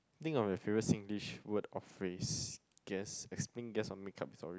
think of your favourite Singlish word of phases guess explain guess or make-up story